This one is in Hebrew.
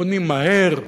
בונים מהר,